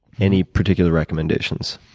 any particular recommendations?